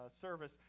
service